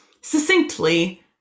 succinctly